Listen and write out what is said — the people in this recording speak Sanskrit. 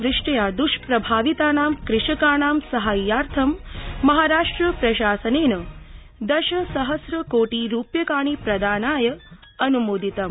वृष्ट्याधिक्येन दृष्प्रभावितानां कृषकाणां साहाय्यार्थं महाराष्ट्र प्रशासनेन दश सहस्र कोटि रूप्यकाणि प्रदानाय अनुमोदितम्